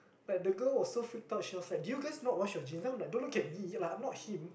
like the girl was so freaked out she was like do you guys not wash your jeans then I'm like don't look at me like I'm not him